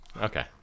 okay